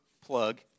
plug